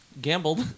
gambled